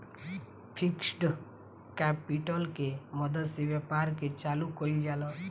fixed capital के मदद से व्यापार के चालू कईल जाला